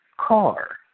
car